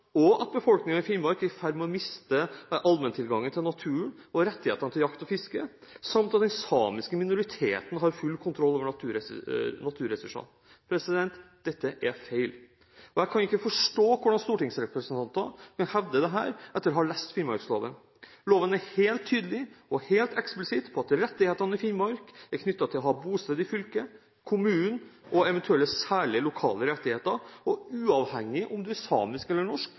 og at befolkningen i Finnmark er i ferd med å miste allmenntilgangen til naturen og rettighetene til jakt og fiske, samt at den samiske minoriteten har full kontroll over naturressursene. Dette er feil. Jeg kan ikke forstå hvordan stortingsrepresentanter kan hevde dette etter å ha lest finnmarksloven. Loven er helt tydelig og helt eksplisitt på at rettighetene i Finnmark er knyttet til å ha bosted i fylket, kommunen og eventuelle særlige lokale rettigheter – uavhengig av om man er samisk eller norsk